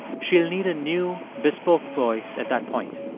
she'll need a new bespoke voice at that point.